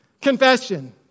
confession